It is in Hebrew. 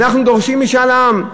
אנחנו דורשים משאל עם.